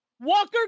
Walker